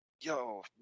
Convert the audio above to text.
yo